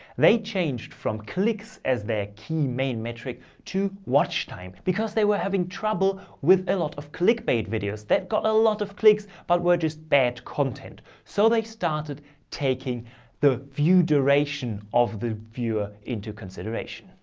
they changed from clicks as their key main metric to watch time because they were having trouble with a lot of click bait videos that got a lot of clicks but were just bad content. so they started taking the view duration of the viewer into consideration.